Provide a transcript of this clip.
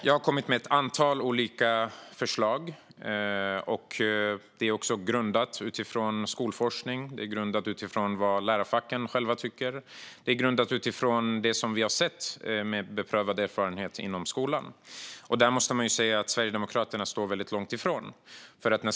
Jag har kommit med ett antal olika förslag grundade på skolforskning, på lärarfackens åsikter och på beprövad erfarenhet inom skolan. Sverigedemokraterna står väldigt långt ifrån detta.